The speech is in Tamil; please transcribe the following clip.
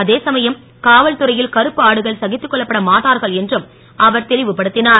அதே சமயம் காவல்துறை ல் கருப்பு ஆடுகள் சகித்துக்கொள்ளப்பட மாட்டார்கள் என்றும் அவர் தெளிவு படுத் ஞர்